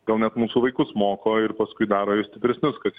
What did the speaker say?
gal net mūsų vaikus moko ir paskui daro juos stipresnius kas